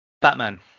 Batman